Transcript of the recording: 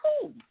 cool